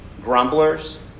Grumblers